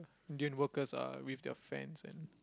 Indian workers are with their fans and